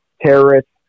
terrorists